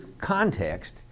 context